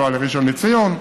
לנסוע לראשון לציון,